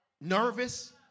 nervous